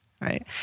right